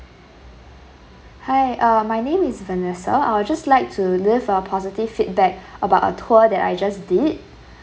hi uh my name is vanessa I'll just like to leave a positive feedback about a tour that I just did